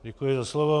Děkuji za slovo.